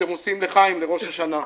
אתם עושים לחיים לראש השנה.